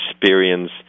experience